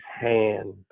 hand